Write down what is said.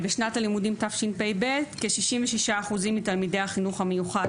בשנת הלימודים תשפ"ב כ-66% מתלמידי החינוך המיוחד